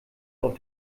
auf